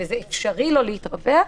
וזה אפשרי לו להתרווח,